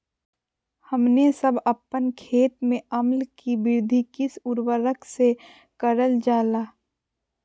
हमने सब अपन खेत में अम्ल कि वृद्धि किस उर्वरक से करलजाला?